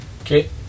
Okay